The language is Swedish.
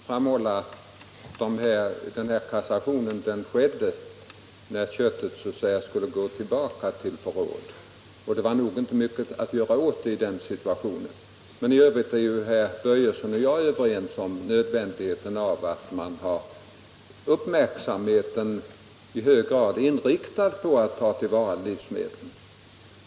Herr talman! Låt mig framhålla att den här kassationen skedde när köttet skulle gå tillbaka till förråd. Det var nog inte mycket att göra åt det i den situationen. I övrigt är ju herr Börjesson i Falköping och jag överens om nödvändigheten av att man har uppmärksamheten i hög grad inriktad på att ta till vara livsmedel.